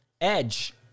Edge